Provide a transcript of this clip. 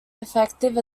effective